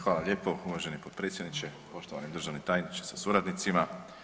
Hvala lijepo uvaženi potpredsjedniče, poštovani državni tajniče sa suradnicima.